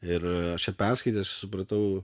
ir aš ją perskaitęs supratau